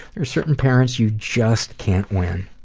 there are certain parents you just can't win.